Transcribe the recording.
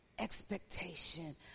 expectation